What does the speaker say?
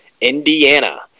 Indiana